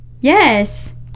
Yes